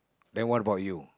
then what about you